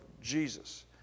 Jesus